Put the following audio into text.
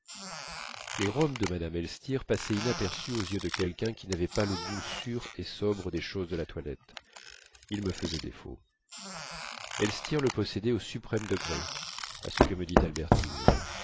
les robes de mme elstir passaient inaperçues aux yeux de quelqu'un qui n'avait pas le goût sûr et sobre des choses de la toilette il me faisait défaut elstir le possédait au suprême degré à ce que me dit albertine